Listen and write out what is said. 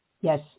yes